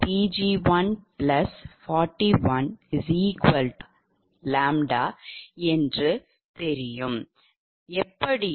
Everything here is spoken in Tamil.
35Pg141ʎ என்று தெரியும்